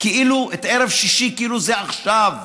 את ערב שישי, כאילו זה עכשיו,